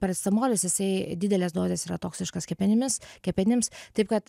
paracetamolis jisai didelės dozės yra toksiškas kepenimis kepenims taip kad